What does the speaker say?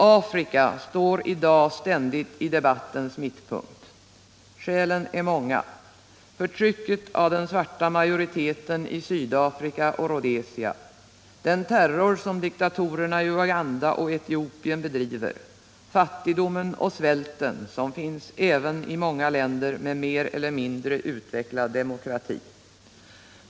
Afrika står i dag ständigt i debattens mittpunkt, skälen är många: Förtrycket av den svarta majoriteten i Sydafrika och Rhodesia, den terror som diktatorerna i Uganda och Etiopien bedriver, fattigdomen och svälten som finns även i många länder med mer eller mindre utvecklad demokrati.